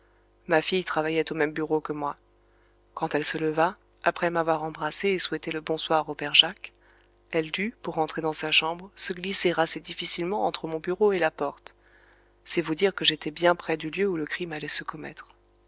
ma fille travaillait au même bureau que moi quand elle se leva après m'avoir embrassé et souhaité le bonsoir au père jacques elle dut pour entrer dans sa chambre se glisser assez difficilement entre mon bureau et la porte c'est vous dire que j'étais bien près du lieu où le crime allait se commettre